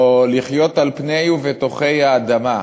או "לחיות על פני ובתוכי האדמה",